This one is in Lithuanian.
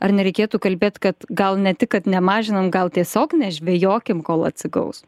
ar nereikėtų kalbėt kad gal ne tik kad nemažinant gal tiesiog nežvejokim kol atsigaus